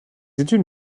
études